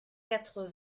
quatre